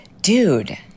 dude